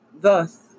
Thus